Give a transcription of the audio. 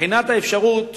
ובחינת האפשרות